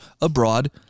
abroad